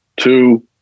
Two